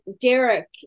Derek